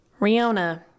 Riona